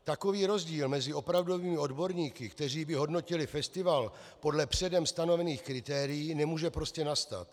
Takový rozdíl mezi opravdovými odborníky, kteří by hodnotili festival podle předem stanovených kritérií, nemůže prostě nastat.